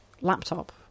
laptop